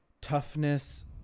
toughness